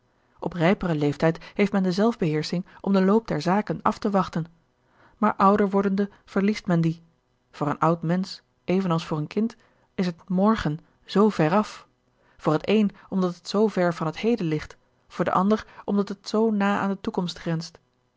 op rijperen leeftijd heeft men de zelfbeheersching om den loop der zaken af te wachten maar ouder wordende verliest men die voor een oud mensch evenals voor een kind is het morgen zoo ver af voor het een omdat het zoo ver van het heden ligt voor den ander omdat het zoo na aan de toekomst grenst